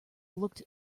looked